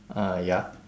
ah ya